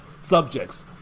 subjects